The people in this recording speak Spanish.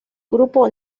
grupo